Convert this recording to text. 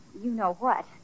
you-know-what